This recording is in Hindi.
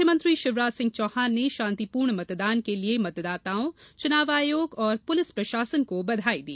मुख्यमंत्री शिवराज सिंह चौहान ने शांतिपूर्ण मतदान के लिए मतदाताओं चुनाव आयोग और पुलिस प्रशासन को बधाई दी